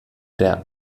der